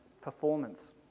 performance